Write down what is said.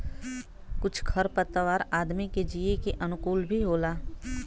कुछ खर पतवार आदमी के जिये के अनुकूल भी होला